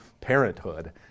parenthood